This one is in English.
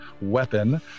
weapon